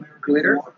glitter